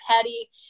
petty